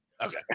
Okay